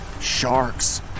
sharks